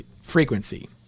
frequency